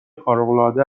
خارقالعاده